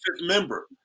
member